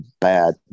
bad